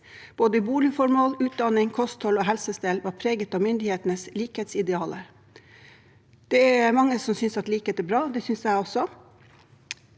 Både boligform, utdanning, kosthold og helsestell var preget av myndighetenes likhetsidealer. Det er mange som synes at likhet er bra, det synes jeg også,